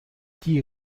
die